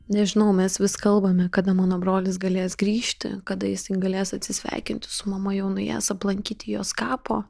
nežinau mes vis kalbame kada mano brolis galės grįžti kada jisai galės atsisveikinti su mama jau nuėjęs aplankyti jos kapo